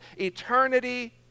eternity